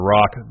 Rock